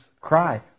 cry